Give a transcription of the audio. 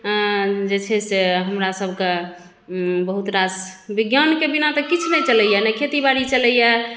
जेछै से हमरा सभके बहुत रास विज्ञानके बिना तऽ किछु नहि चलैए ने खेतीबाड़ी चलैए